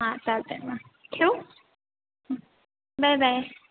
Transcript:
हां चालत आहे मग ठेवू बाय बाय